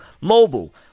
mobile